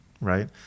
Right